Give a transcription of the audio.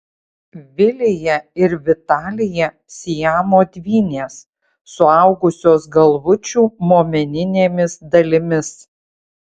vilija ir vitalija siamo dvynės suaugusios galvučių momeninėmis dalimis